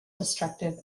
destructive